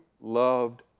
loved